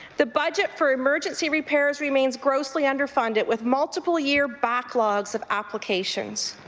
the budget for emergency repairs remains grossly underfunded with multiple year backlogs of applications.